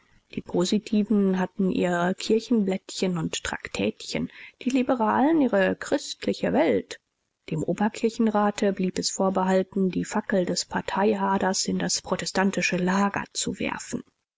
die positiven hatten ihre kirchenblättchen und traktätchen die liberalen ihre christliche welt dem oberkirchenrate blieb es vorbehalten die fackel des parteihaders in das protestantische lager zu werfen